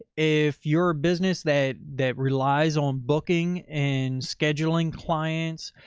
if you're a business that, that relies on booking and scheduling clients,